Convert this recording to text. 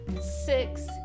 Six